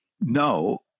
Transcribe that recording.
no